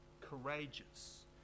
courageous